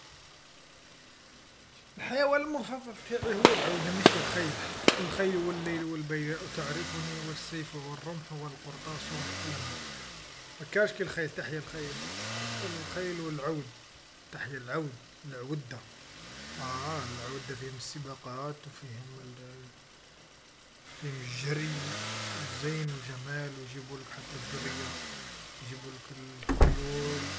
الحيوان المفضل نتاعي هو العود نشتي الخيل، الخيل والليل والبياع تعرفني والسيف والرمح والقرطاس والقلم، ما كانش كي الخيل تحيا الخيل، الخيل والعود تحيا العود العودة، آه العودة فيهم السباقات وفيهم فيهم الجري والزين والجمال ويجيبو لك حتى الذرية يجيبو لك الخيول.